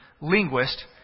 linguist